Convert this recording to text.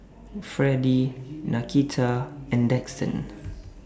Freddy Nakita and Daxton